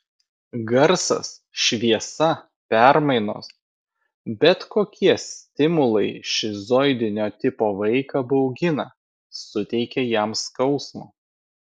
garsas šviesa permainos bet kokie stimulai šizoidinio tipo vaiką baugina suteikia jam skausmo